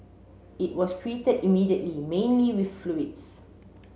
it was treated immediately mainly with fluids